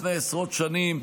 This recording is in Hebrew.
לפני עשרות שנים,